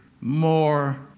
more